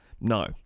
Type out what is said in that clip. no